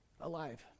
alive